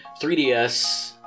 3DS